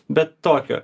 bet tokio